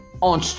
...on